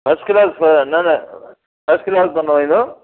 first class त न न फ़र्स्ट क्लास पनो ईंदो